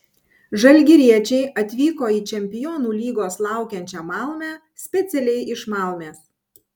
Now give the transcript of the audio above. žalgiriečiai atvyko į čempionų lygos laukiančią malmę specialiai iš malmės